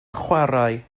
chwarae